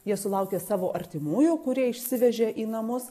jie sulaukė savo artimųjų kurie išsivežė į namus